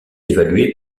évaluée